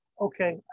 okay